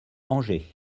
angers